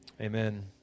Amen